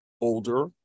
older